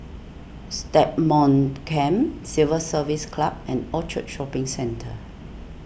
Stagmont Camp Civil Service Club and Orchard Shopping Centre